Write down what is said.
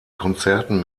konzerten